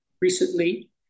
recently